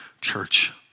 church